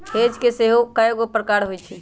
hedge के सेहो कएगो प्रकार होइ छै